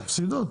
מפסידות.